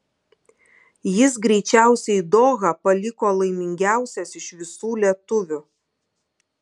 jis greičiausiai dohą paliko laimingiausias iš visų lietuvių